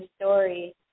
story